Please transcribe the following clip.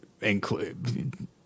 include